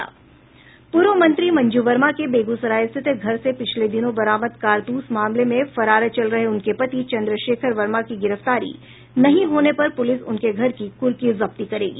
पूर्व मंत्री मंजू वर्मा के बेगूसराय स्थित घर से पिछले दिनों बरामद कारतूस मामले में फरार चल रहे उनके पति चन्द्रशेखर वर्मा की गिरफ्तारी नहीं होने पर पुलिस उनके घर की कुर्की जब्ती करेगी